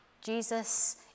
Jesus